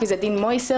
כי זה דין מויסר,